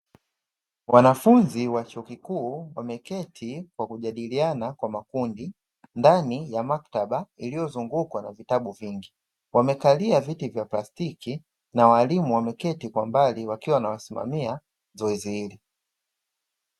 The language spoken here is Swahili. Wanafunzi wa chuo kikuu wameketi kwa kujadiliana kwa makundi ndani ya maktaba iliyozungukwa na vitabu vingi, wamekalia viti vya plastiki na walimu wameketi kwa mbali wakiwa na wasimamia zoezi hili.